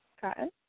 Cotton